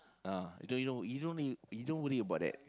uh you don't wo~ you don't wo~ you don't worry about that